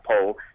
poll